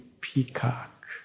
peacock